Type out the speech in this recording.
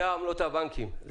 זה עמלות הבנקים.